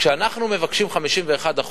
כשאנחנו מבקשים 51%,